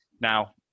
Now